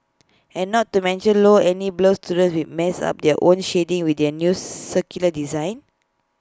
and not to mention low any blur students will mess up their own shading with the new circular design